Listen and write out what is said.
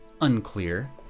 unclear